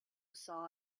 saw